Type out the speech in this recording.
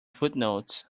footnotes